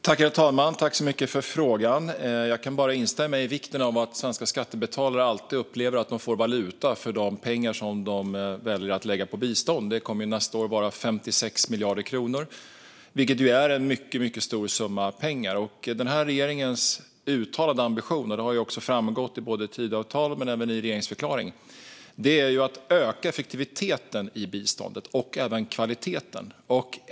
Herr talman! Jag tackar så mycket för frågan. Jag kan bara instämma i vikten av att svenska skattebetalare alltid upplever att de får valuta för de pengar som de väljer att lägga på bistånd. Det kommer nästa år att vara 56 miljarder kronor, vilket är en mycket stor summa pengar. Regeringens uttalade ambition - det har framgått i både Tidöavtalet och regeringsförklaringen - är att öka effektiviteten och även kvaliteten i biståndet.